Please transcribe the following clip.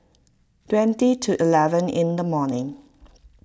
twenty to eleven in the morning